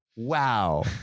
Wow